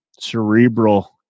cerebral